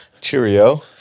Cheerio